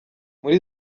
muri